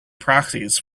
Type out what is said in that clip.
proxies